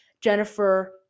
Jennifer